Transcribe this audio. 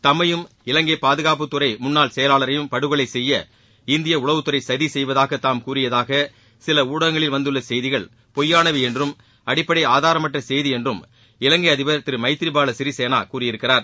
தம்மையும் இலங்கை பாதுகாப்புத்துறை செயலாளரயும் படுகொலை செய்ய இந்திய உளவுத்துறை சதி செய்வதாக தாம் கூறியதாக சில ஊடகங்களில் வந்துள்ள செய்திகள் பொய்யானவை என்றும் அடிப்படை ஆதாரமற்ற செய்தி என்றும் இலங்கை அதிபர் திரு மைத்றிபால சிறிசேனா கூறியிருக்கிறார்